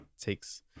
takes